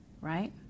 Right